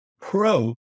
pro